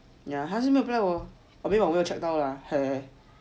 ya 他还是没 reply 我 I mean 我没有 check 到了